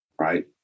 right